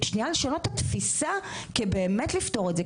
לשנות את התפיסה כדי באמת לפתור את זה,